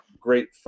great